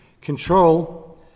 control